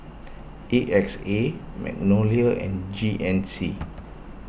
A X A Magnolia and G N C